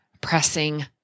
pressing